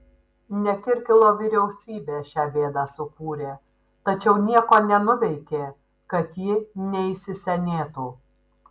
ne kirkilo vyriausybė šią bėdą sukūrė tačiau nieko nenuveikė kad ji neįsisenėtų